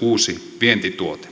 uusi vientituote